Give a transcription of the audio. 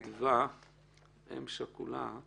אדווה, אם שכולה.